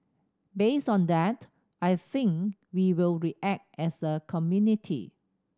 based on that I think we will react as a community